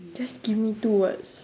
just give me two words